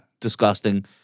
Disgusting